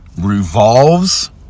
Revolves